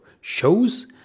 shows